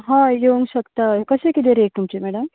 हय येवंक शकता हय कशें किदें रेट तुमची मॅडम